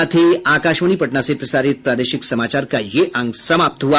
इसके साथ ही आकाशवाणी पटना से प्रसारित प्रादेशिक समाचार का ये अंक समाप्त हुआ